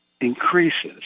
increases